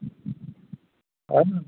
हजुर